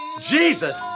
Jesus